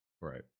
Right